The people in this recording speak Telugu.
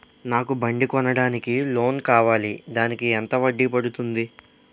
నాకు బండి కొనడానికి లోన్ కావాలిదానికి వడ్డీ ఎంత పడుతుంది?